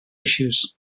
issues